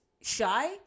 shy